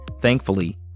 Thankfully